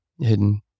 Hidden